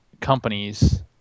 companies